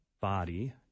body